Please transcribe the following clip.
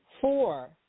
Four